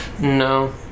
No